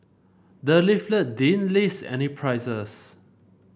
the leaflet didn't list any prices